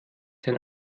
sein